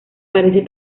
parece